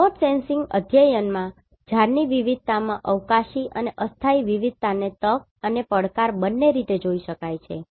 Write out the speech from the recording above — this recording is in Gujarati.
રિમોટ સેન્સિંગ અધ્યયનમાં ઝાડની વિવિધતામાં અવકાશી અને અસ્થાયી વિવિધતાને તક અને પડકાર બંને તરીકે જોઇ શકાય છે